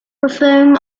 reform